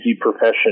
profession